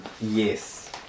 Yes